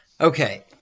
Okay